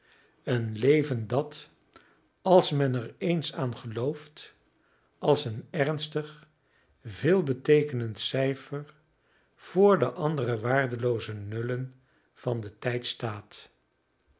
een ander leven een leven dat als men er eens aan gelooft als een ernstig veelbeteekenend cijfer vr de andere waardelooze nullen van den tijd staat